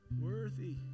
Worthy